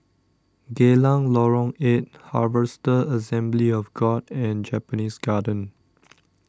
Geylang Lorong eight Harvester Assembly of God and Japanese Garden